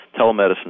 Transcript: Telemedicine